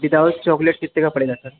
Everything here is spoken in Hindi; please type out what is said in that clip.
विदाउट चॉकलेट कितने का पड़ेगा सर